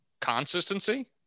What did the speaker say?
consistency